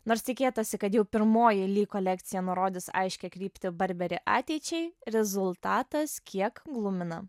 nors tikėtasi kad jau pirmoji kolekcija nurodys aiškią kryptį barberi ateičiai rezultatas kiek glumina